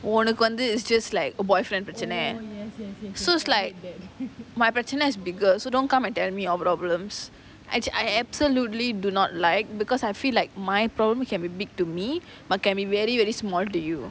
உனக்கு வந்து:unnaku vanthu is just like a boyfriend பிரச்னை:pirachanai so it's like my பிரச்னை:pirachanai is bigger so don't come and tell me your problems anc~ I absolutely do not like because I feel like my problems can be big to me but can be very very small to you